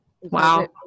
Wow